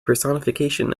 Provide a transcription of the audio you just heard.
personification